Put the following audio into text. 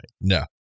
No